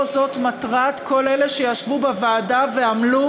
לא זאת מטרת כל אלה שישבו בוועדה ועמלו